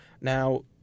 Now